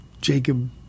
Jacob